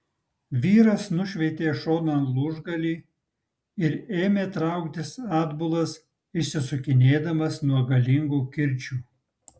vyras nušveitė šonan lūžgalį ir ėmė trauktis atbulas išsisukinėdamas nuo galingų kirčių